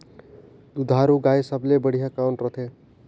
दुधारू गाय सबले बढ़िया कौन रथे?